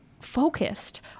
focused